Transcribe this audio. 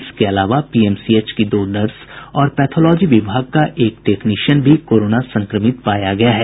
इसके अलावा पीएमसीएच की दो नर्स और पैथोलॉजी विभाग का एक टेक्नीशियन भी कोरोना संक्रमित पाया गया है